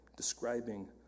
Describing